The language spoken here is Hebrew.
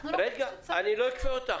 אני לא אכפה עליך.